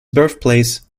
birthplace